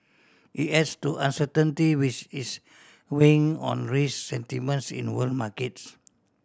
it adds to uncertainty which is weighing on risk sentiments in world markets